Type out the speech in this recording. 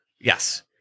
Yes